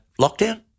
lockdown